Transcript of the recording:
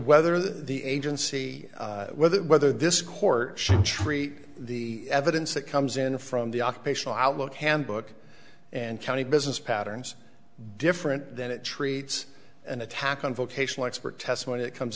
whether the agency whether whether this court should treat the evidence that comes in from the occupational outlook handbook and county business patterns different than it treats an attack on vocational expert testimony that comes